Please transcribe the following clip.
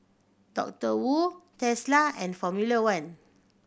Doctor Wu Tesla and Formula One